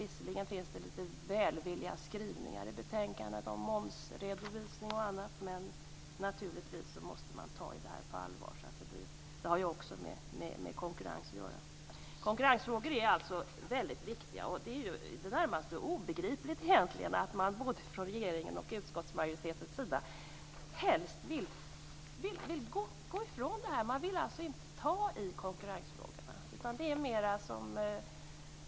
Visserligen finns det litet välvilliga skrivningar i betänkandet om momsredovisning och annat, men naturligtvis måste man ta itu med frågan på allvar. Den har ju också med konkurrens att göra. Konkurrensfrågorna är alltså väldigt viktiga. Det är i det närmaste obegripligt att man från både regeringens och utskottsmajoritetens sida helst inte vill ta i konkurrensfrågorna.